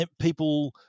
people